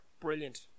brilliant